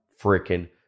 freaking